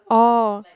orh